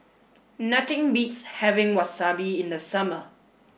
nothing beats having Wasabi in the summer